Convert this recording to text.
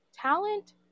Talent